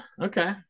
okay